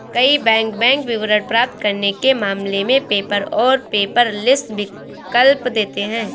कई bank bank विवरण प्राप्त करने के मामले में पेपर और पेपरलेस विकल्प देते हैं